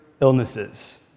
illnesses